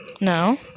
no